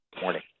Morning